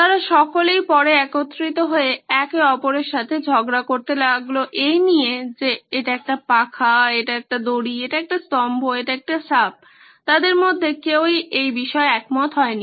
তারা সকলেই পরে একত্রিত হয়ে একে অপরের মধ্যে ঝগড়া করতে লাগল এই নিয়ে যে এটি একটি পাখা এটি একটি দড়ি এটি একটি স্তম্ভ এটি একটি সাপ তাদের মধ্যে কেউই এই বিষয়ে একমত হয়নি